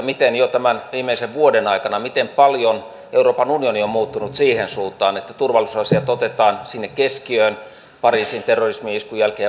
miten paljon jo tämän viimeisen vuoden aikana euroopan unioni on muuttunut siihen suuntaan että turvallisuusasiat otetaan sinne keskiöön pariisin terrorismi iskun jälkeen